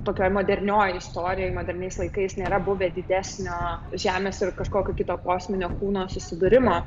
tokioj modernioj istorijoj moderniais laikais nėra buvę didesnio žemės ir kažkokio kito kosminio kūno susidūrimo